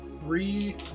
three